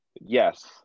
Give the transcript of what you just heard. Yes